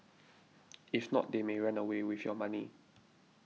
if not they may run away with your money